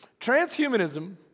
Transhumanism